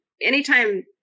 anytime